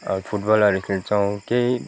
फुटबलहरू खेल्छौँ केही